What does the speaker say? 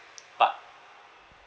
but